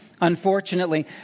Unfortunately